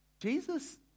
Jesus